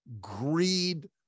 greed